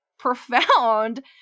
profound